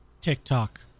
TikTok